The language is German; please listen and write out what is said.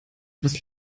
was